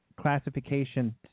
classification